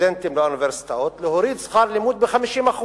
סטודנטים באוניברסיטאות, להוריד שכר לימוד ב-50%.